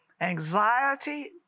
anxiety